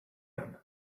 him